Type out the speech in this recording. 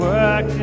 Work